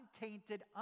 untainted